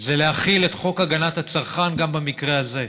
זה להחיל את חוק הגנת הצרכן גם במקרה הזה.